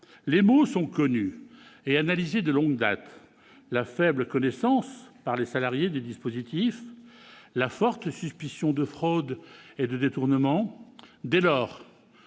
Les maux sont connus et analysés de longue date : la faible connaissance par les salariés des dispositifs, la forte suspicion de fraude ou de détournement. Dès lors,